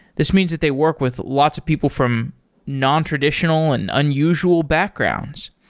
this means that they work with lots of people from nontraditional and unusual backgrounds.